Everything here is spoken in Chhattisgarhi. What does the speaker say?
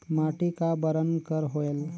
माटी का बरन कर होयल?